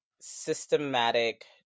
systematic